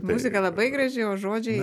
muzika labai graži o žodžiai